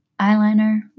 eyeliner